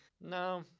no